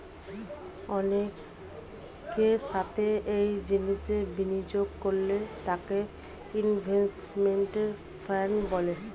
অনেকের সাথে একই জিনিসে বিনিয়োগ করলে তাকে ইনভেস্টমেন্ট ফান্ড বলে